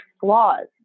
flaws